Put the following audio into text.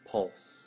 Pulse